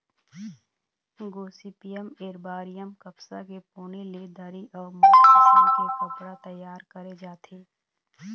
Gossypium arboreum कपसा के पोनी ले दरी अउ मोठ किसम के कपड़ा तइयार करे जाथे